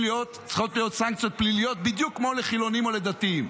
להיות סנקציות פליליות בדיוק כמו לחילונים או לדתיים,